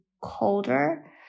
colder